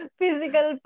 physical